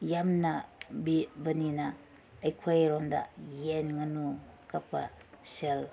ꯌꯥꯝꯅ ꯕꯅꯤꯅ ꯑꯩꯈꯣꯏꯔꯣꯝꯗ ꯌꯦꯟ ꯉꯥꯅꯨ ꯀꯛꯄ ꯁꯦꯜ